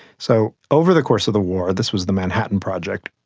so over the course of the war, this was the manhattan project,